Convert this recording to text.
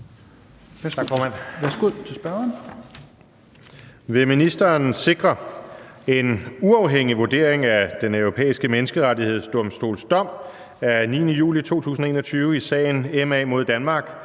(DF): Tak, formand. Vil ministeren sikre en uafhængig vurdering af Den Europæiske Menneskerettighedsdomstols dom af 9. juli 2021 i sagen M.A. mod Danmark,